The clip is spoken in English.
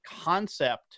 concept